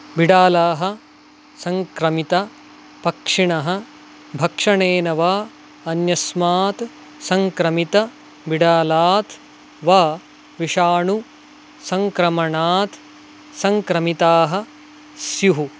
बिडालाः सङ्क्रमितपक्षिणः भक्षणेन वा अन्यस्मात् सङ्क्रमितबिडालात् वा विषाणुसङ्क्रमणात् सङ्क्रमिताः स्युः